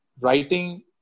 writing